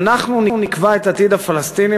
"אנחנו נקבע את עתיד הפלסטינים",